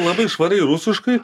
labai švariai rusiškai